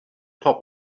top